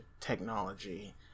technology